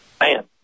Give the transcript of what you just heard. Man